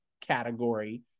category